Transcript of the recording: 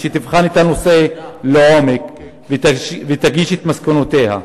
שתבחן את הנושא לעומק ותגיש את מסקנותיה.